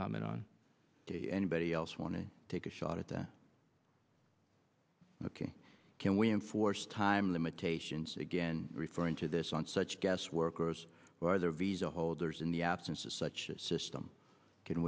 comment on anybody else want to take a shot at ok can we enforce time limitations again referring to this on such guest workers or their visa holders in the absence of such a system can